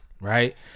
right